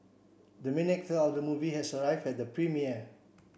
the main actor of the movie has arrived at the premiere